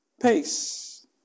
pace